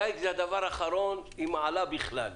הדייג זה הדבר האחרון, עם עלה בכלל.